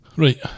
Right